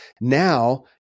Now